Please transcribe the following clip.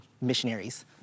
missionaries